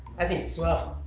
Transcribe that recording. i think it's swell.